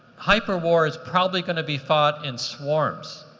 hyperwar is probably going to be fought in swarms.